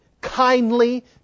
kindly